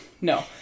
No